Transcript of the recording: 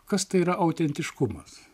kas tai yra autentiškumas